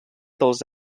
dels